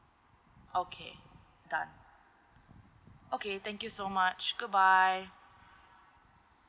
okay done okay thank you so much goodbye